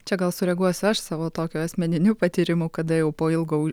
čia gal sureaguosius aš savo tokiu asmeniniu patyrimu kada jau po ilgo